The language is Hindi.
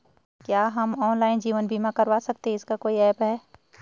क्या हम ऑनलाइन जीवन बीमा करवा सकते हैं इसका कोई ऐप है?